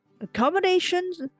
accommodations